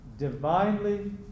divinely